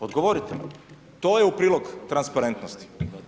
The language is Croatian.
Odgovorite nam, to je u prilog transparentnosti.